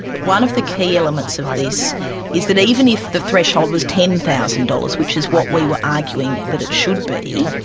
one of the key elements of this is that even if the threshold was ten thousand dollars, which is what we were arguing that it should be,